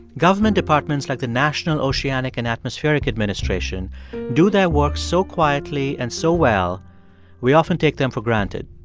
government departments like the national oceanic and atmospheric administration do their work so quietly and so well we often take them for granted.